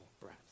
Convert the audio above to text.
breath